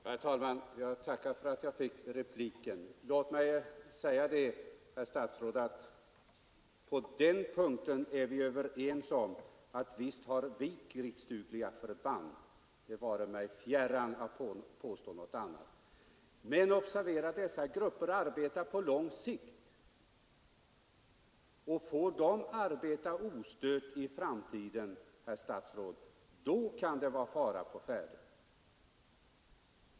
Herr talman! Jag tackar för repliken. Låt mig säga herr statsråd, att vi är visst överens om att Sverige har Nr 125 Tisdagen den observera att de här grupperna arbetar på lång sikt, och får de arbeta krigsdugliga förband. Det vore mig fjärran att påstå något annat. Men 28 november 1972 O9störti framtiden, herr statsråd, kan det vara fara å färde.